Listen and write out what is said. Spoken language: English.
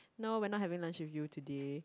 no we're not having lunch with you today